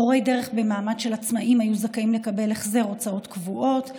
מורי דרך במעמד של עצמאים היו זכאים לקבל החזר הוצאות קבועות,